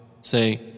Say